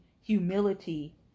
humility